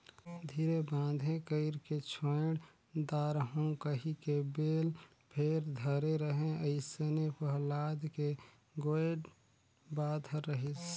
धीरे बांधे कइरके छोएड दारहूँ कहिके बेल भेर धरे रहें अइसने पहलाद के गोएड बात हर रहिस